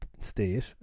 state